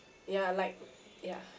ya like ya